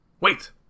Wait